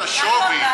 אבל מס על השווי,